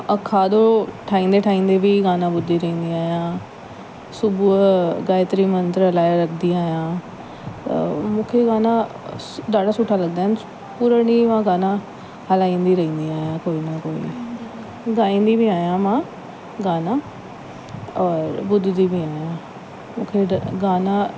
और खाधो ठाहींदे ठाहींदे बि गाना ॿुधंदी रहंदी आहियां सुबुह जो गायत्री मंत्र हलाए रखंदी आहियां मूंखे गाना ॾाढा सुठा लॻंदा आहिनि पूरे ॾींहं मां गाना हलाईंदी रहंदी आहियां कोई न कोई गाईंदी बि आहियां मां गाना और ॿुधंदी बि आहियां मूंखे गाना